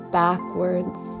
backwards